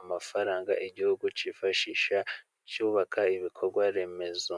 amafaranga Igihugu cyifashisha cyubaka ibikorwaremezo.